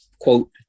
quote